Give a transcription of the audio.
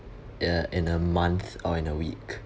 ya in a month or in a week